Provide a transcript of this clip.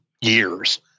years